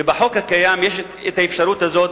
ובחוק הקיים יש האפשרות הזאת,